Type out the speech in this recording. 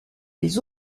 les